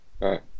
Right